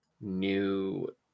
new